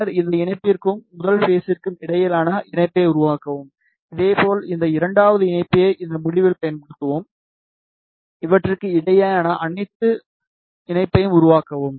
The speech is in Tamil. பின்னர் இந்த இணைப்பிற்கும் முதல் பேஸிற்கும் இடையிலான இணைப்பை உருவாக்கவும் இதேபோல் இந்த இரண்டாவது இணைப்பியை இந்த முடிவில் பயன்படுத்தவும் இவற்றுக்கு இடையேயான இணைப்பை உருவாக்கவும்